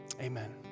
amen